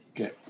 Okay